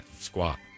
squat